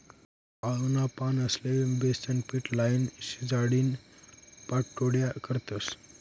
आळूना पानेस्ले बेसनपीट लाईन, शिजाडीन पाट्योड्या करतस